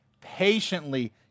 patiently